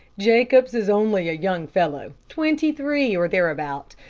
jacobs is only a young fellow, twenty-three or thereabout,